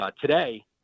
today